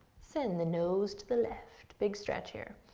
send the nose to the left. big stretch here.